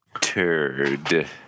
turd